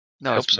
no